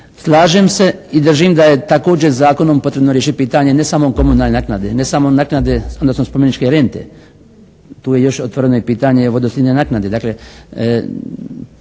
Slažem se i držim da je također zakonom potrebno riješiti pitanje ne samo komunalne naknade, ne samo naknade, odnosno spomeničke rente. Tu je još otvoreno pitanje vodoslivne naknade.